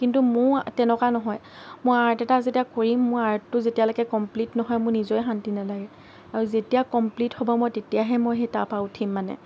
কিন্তু মোৰ তেনেকুৱা নহয় মই আৰ্ট এটা যেতিয়া কৰিম মই আৰ্টটো যেতিয়ালৈকে কমপ্লিট নহয় মোৰ নিজৰে শান্তি নালাগে আৰু তেতিয়া কমপ্লিট হ'ব মই তেতিয়াহে মই সেই তাৰপৰা উঠিম মানে